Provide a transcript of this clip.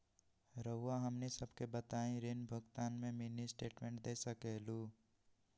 रहुआ हमनी सबके बताइं ऋण भुगतान में मिनी स्टेटमेंट दे सकेलू?